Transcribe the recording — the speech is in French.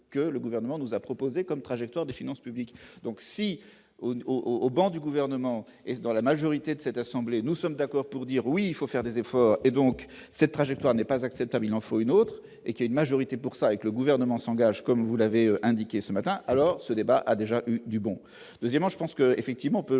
que le gouvernement nous a proposé comme trajectoire des finances publiques, donc si au niveau au bord du gouvernement et dans la majorité de cette assemblée, nous sommes d'accord pour dire oui, il faut faire des efforts et donc cette trajectoire n'est pas acceptable, il en faut une autre et qui a une majorité pour ça et que le gouvernement s'engage, comme vous l'avez indiqué ce matin, alors ce débat a déjà eu du bon, deuxièmement, je pense que, effectivement, on peut